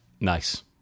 Nice